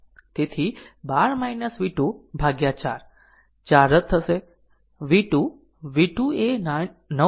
તેથી 12 v 2 ભાગ્યા 4 4 4 રદ થશે v 2 v 2 એ 9